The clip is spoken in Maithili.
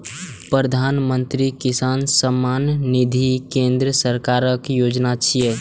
प्रधानमंत्री किसान सम्मान निधि केंद्र सरकारक योजना छियै